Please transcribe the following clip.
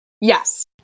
Yes